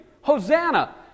Hosanna